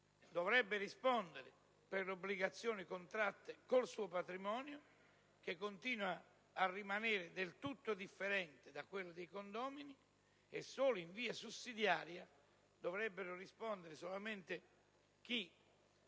dovrebbe rispondere con il suo patrimonio, che continua a rimanere del tutto differente da quello dei condomini, e solo in via sussidiaria dovrebbero rispondere coloro che